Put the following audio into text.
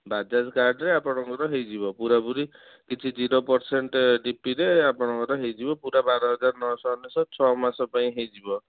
ବାଜାଜ୍ କାର୍ଡ଼ରେ ଆପଣଙ୍କର ହେଇଯିବ ପୁରାପୁରି କିଛି ଜିରୋ ପରସେଣ୍ଟ ଡିପିରେ ଆପଣଙ୍କର ହେଇଯିବ ପୁରା ବାର ହଜାର ନଅ ଶହ ଅନେଶତ ଛ ମାସ ପାଇଁ ହେଇଯିବ